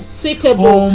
suitable